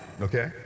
Okay